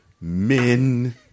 men